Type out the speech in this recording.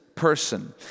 person